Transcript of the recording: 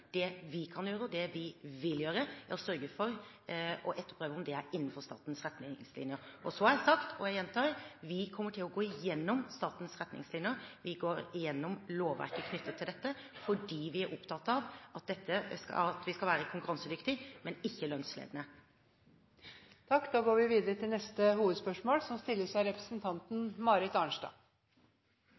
Det vi kan gjøre, og det vi vil gjøre, er å sørge for å etterprøve om det er innenfor statens retningslinjer. Så har jeg sagt, og jeg gjentar: Vi kommer til å gå gjennom statens retningslinjer. Vi går gjennom lovverket knyttet til dette fordi vi er opptatt av at vi skal være konkurransedyktige, men ikke lønnsledende. Da går vi videre til neste hovedspørsmål.